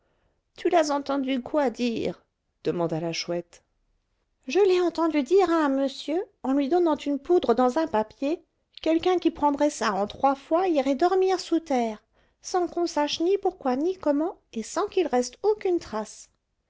tu l'as entendu quoi dire demanda la chouette je l'ai entendu dire à un monsieur en lui donnant une poudre dans un papier quelqu'un qui prendrait ça en trois fois irait dormir sous terre sans qu'on sache ni pourquoi ni comment et sans qu'il reste aucune trace